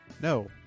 No